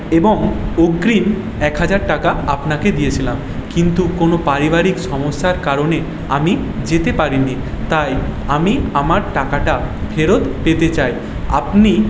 এবং অগ্রিম এক হাজার টাকা আপনাকে দিয়েছিলাম কিন্তু কোনও পারিবারিক সমস্যার কারণে আমি যেতে পারিনি তাই আমি আমার টাকাটা ফেরত পেতে চাই আপনি